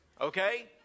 okay